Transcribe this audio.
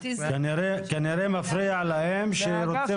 מהאגף שדובר אמת.